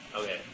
Okay